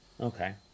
Okay